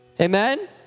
Amen